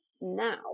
now